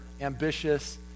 ambitious